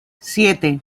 siete